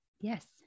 Yes